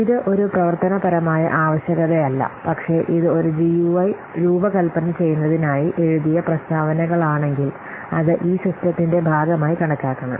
ഇത് ഒരു പ്രവർത്തനപരമായ ആവശ്യകതയല്ല പക്ഷേ ഇത് ഒരു ജിയുഐ രൂപകൽപ്പന ചെയ്യുന്നതിനായി എഴുതിയ പ്രസ്താവനകളാണെങ്കിൽ അത് ഈ സിസ്റ്റത്തിന്റെ ഭാഗമായി കണക്കാക്കണം